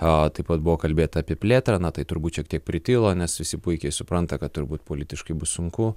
a taip pat buvo kalbėta apie plėtrą na tai turbūt šiek tiek pritilo nes visi puikiai supranta kad turbūt politiškai bus sunku